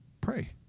Pray